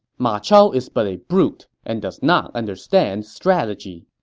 ma chao is but a brute and does not understand strategy.